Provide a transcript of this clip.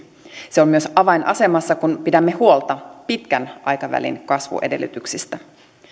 se on myös avainasemassa kun pidämme huolta pitkän aikavälin kasvuedellytyksistä